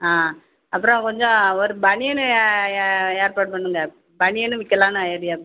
ஆ அப்புறம் கொஞ்சம் ஒரு பனியன்னு ஏற்பாடு பண்ணுங்கள் பனியன்னும் விற்கலான்னு ஐடியா